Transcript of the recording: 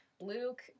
Luke